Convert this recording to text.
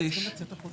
תיכף נתייחס לזה,